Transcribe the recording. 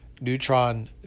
Neutron